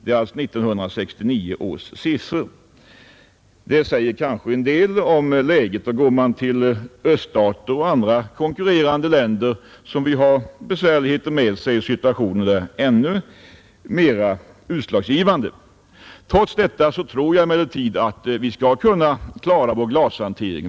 Det är 1969 års siffror. De säger kanske en del om läget. Går man till öststater och andra konkurrerande länder, som vi har att konkurrera med, finner man att löneskillnaderna är ännu mer utslagsgivande. Trots detta tror jag emellertid att vi skall kunna klara vår glashantering.